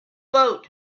boat